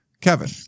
Kevin